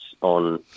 on